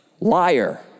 liar